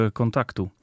kontaktu